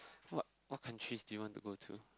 what what countries do you want to go to